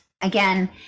again